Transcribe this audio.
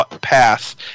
pass